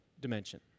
dimension